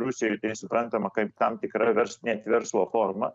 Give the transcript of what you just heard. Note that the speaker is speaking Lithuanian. rusijoj tai suprantama kaip tam tikra vers net verslo forma